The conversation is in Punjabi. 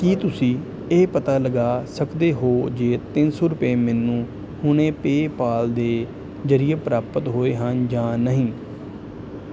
ਕੀ ਤੁਸੀਂਂ ਇਹ ਪਤਾ ਲਗਾ ਸਕਦੇ ਹੋ ਜੇ ਤਿੰਨ ਸੌ ਰੁਪਏ ਮੈਨੂੰ ਹੁਣੇ ਪੇਅਪਾਲ ਦੇ ਜ਼ਰੀਏ ਪ੍ਰਾਪਤ ਹੋਏ ਹਨ ਜਾਂ ਨਹੀਂ